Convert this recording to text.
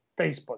Facebook